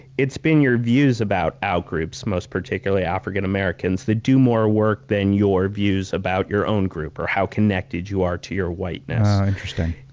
it's been your views about out-groups, most particularly african-americans, that do more work than your views about your own group, or how connected you are to your whiteness. relatedopinionopinionare